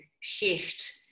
shift